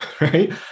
right